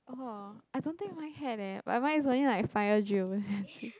oh I don't think mine had eh but mine is only like fire drill